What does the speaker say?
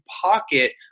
pocket